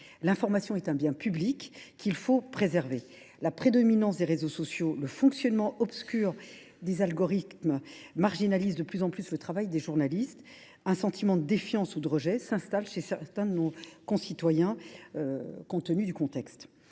L’information est un bien public qu’il faut préserver. La prédominance des réseaux sociaux et le fonctionnement obscur des algorithmes marginalisent de plus en plus le travail des journalistes et un sentiment de défiance ou de rejet s’installe chez certains de nos concitoyens dans le contexte